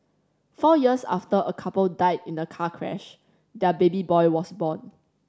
four years after a couple died in a car crash their baby boy was born